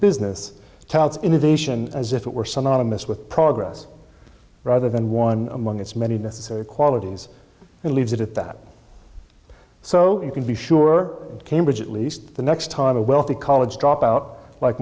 business tell its innovation as if it were synonymous with progress rather than one among its many necessary qualities and leaves it at that so you can be sure cambridge at least the next time a wealthy college dropout like